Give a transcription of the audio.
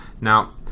Now